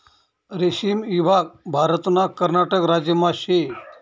रेशीम ईभाग भारतना कर्नाटक राज्यमा शे